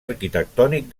arquitectònic